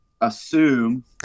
assume